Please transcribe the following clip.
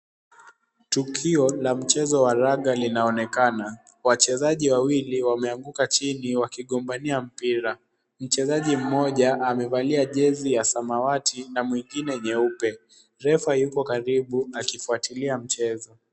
Tukio la mchezo wa raga linaonekana . Wachezaji wawili wameanguka chini wakigombania mpira. Mchezaji mmoja amevalia jezi ya samawati na mwingine nyeupe. Refa yuko karibu akifuatilia mchezo.